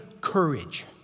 courage